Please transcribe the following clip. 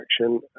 action